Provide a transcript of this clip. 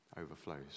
overflows